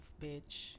bitch